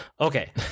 Okay